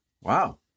Wow